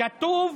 כתוב: